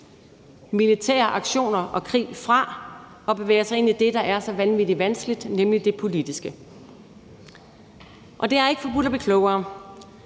militære aktioner og krig fra og bevæger sig ind i det, der er så vanvittig vanskeligt, nemlig det politiske. Det er ikke forbudt at blive klogere,